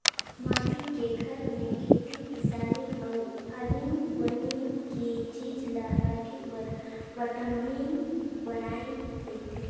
माटी के घर में खेती किसानी अउ आनी बानी के चीज ला राखे बर पटान्व बनाए रथें